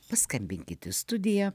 paskambinkit į studiją